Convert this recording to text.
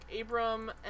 abram